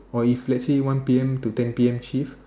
or if lets say one P_M to ten P_M shift